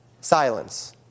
silence